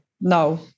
No